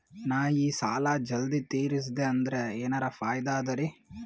ನಾ ಈ ಸಾಲಾ ಜಲ್ದಿ ತಿರಸ್ದೆ ಅಂದ್ರ ಎನರ ಫಾಯಿದಾ ಅದರಿ?